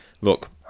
look